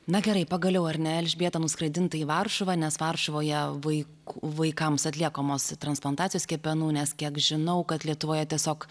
na gerai pagaliau ar ne elžbieta nuskraidinta į varšuvą nes varšuvoje vaikų vaikams atliekamos transplantacijos kepenų nes kiek žinau kad lietuvoje tiesiog